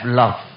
love